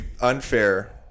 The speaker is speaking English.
unfair